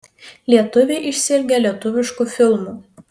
lietuviai išsiilgę lietuviškų filmų